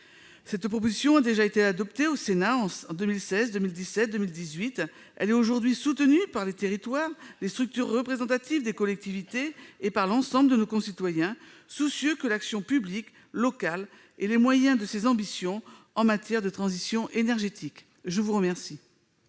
Cette proposition a déjà été adoptée au Sénat en 2016, en 2017 et en 2018. Elle est aujourd'hui soutenue par les territoires, par les structures représentatives des collectivités et par l'ensemble de nos concitoyens, soucieux que l'action publique locale ait les moyens de ses ambitions en matière de transition énergétique. La parole